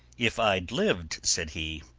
if i'd lived, said he,